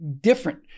different